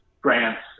grants